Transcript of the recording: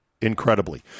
incredibly